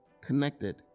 connected